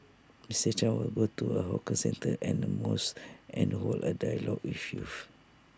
Mister chan will go to A hawker centre and A mosque and hold A dialogue with youth